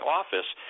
office